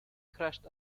crashed